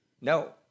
No